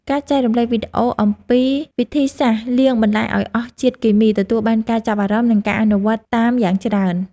ការចែករំលែកវីដេអូអំពីវិធីសាស្ត្រលាងបន្លែឱ្យអស់ជាតិគីមី ទទួលបានការចាប់អារម្មណ៍និងការអនុវត្តតាមយ៉ាងច្រើន។